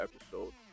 episode